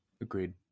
Agreed